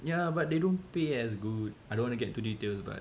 ya but they don't pay as good I don't want to get into details but